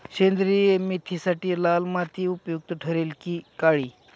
सेंद्रिय मेथीसाठी लाल माती उपयुक्त ठरेल कि काळी?